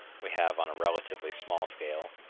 we have on a relatively small scale,